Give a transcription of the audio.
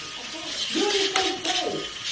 of course. you're in a safe place,